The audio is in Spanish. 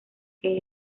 que